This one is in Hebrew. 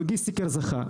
לוגיסטיקר זכה.